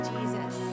Jesus